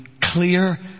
clear